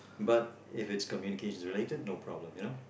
but if it's communications related no problem you know